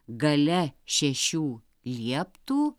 gale šešių lieptų